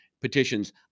petitions